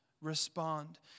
Respond